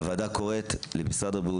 הוועדה קוראת למשרד הבריאות,